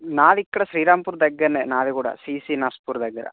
నాది ఇక్కడ శ్రీరాంపూర్ దగ్గరనే నాది కూడా సీసీ నస్పూర్ దగ్గర